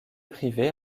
privée